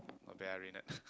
not bad ah Reynerd